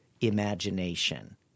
imagination